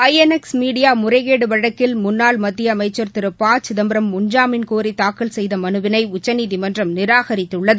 ஐ N X media முறைகேடு வழக்கில் முன்னாள் மத்திய அமைச்சா் திரு ப சிதம்பரம் முன் ஜாமீன் கோரி தாக்கல் செய்த மனுவினை உச்சநீதிமன்றம் நிராகரித்துள்ளது